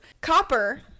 Copper